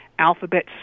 alphabet